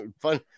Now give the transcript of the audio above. Fun